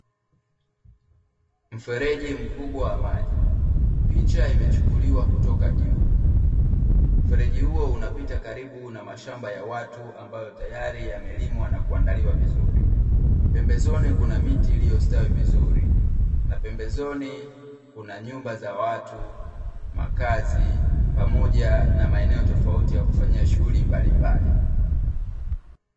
Mfereji mkubwa wa maji ,picha imechukuliwa kutoka juu. Mfereji huo unapita karibu mashamba ya watu ambayo tayari yamelimwa na kuandaliwa vizuri, pembezoni kuna miti iliyostawi vizuri na pembezoni kuna nyumba za watu, makazi, pamoja na maeneo tofauti ya kufanyia shughuli mbalimbali.